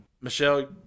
Michelle